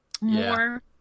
more